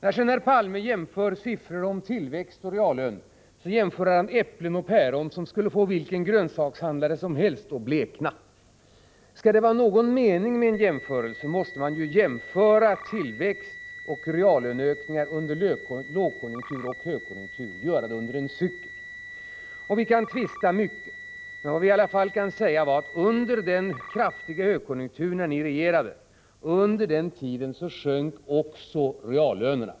När herr Palme jämför siffrorna för tillväxt och reallöner jämför han äpplen och päron på ett sätt som skulle få vilken grönsakshandlare som helst att blekna. Skall det vara någon mening med en sådan jämförelse måste man jämföra tillväxt och reallöneökningar under lågkonjunktur och högkonjunktur, dvs. under en cykel. Vi kan tvista om mycket, men vad som är oomtvistligt i sammanhanget är att under den kraftiga högkonjunktur då ni regerade sjönk också reallönerna.